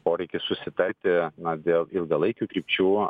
poreikis susitarti dėl ilgalaikių krypčių